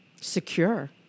secure